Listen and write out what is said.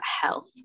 health